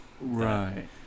right